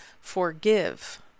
forgive